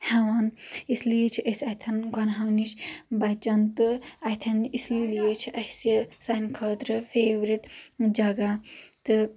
ہیٚوان اس لیے چھِ أسۍ اتٮ۪ن گۄنہو نِش بچان تہٕ اتٮ۪ن اسی لیے چھِ اسہِ سانہِ خٲطرٕ فیورٹ جگہ تہٕ